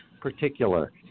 particular